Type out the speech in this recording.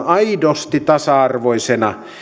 aidosti tasa arvoisena